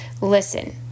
Listen